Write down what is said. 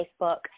Facebook